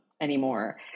anymore